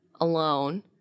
alone